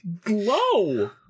glow